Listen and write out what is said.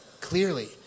Clearly